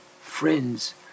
friends